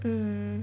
mm